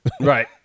Right